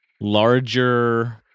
larger